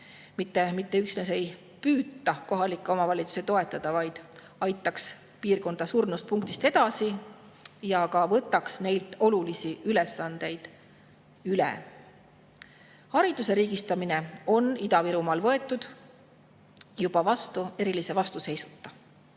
mitte üksnes ei püüaks kohalikke omavalitsusi toetada, vaid aitaks piirkonda surnud punktist edasi ja ka võtaks neilt olulisi ülesandeid üle. Hariduse riigistamine on võetud Ida-Virumaal juba vastu erilise vastuseisuta.